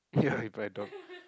ya you buy a dog